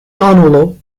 envelope